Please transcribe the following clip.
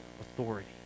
authority